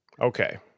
Okay